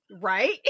Right